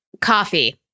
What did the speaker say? Coffee